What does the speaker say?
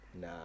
nah